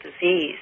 disease